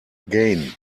gain